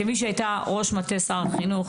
כמי שהייתה ראש מטה שר החינוך,